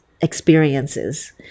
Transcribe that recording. experiences